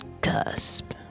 cusp